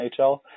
NHL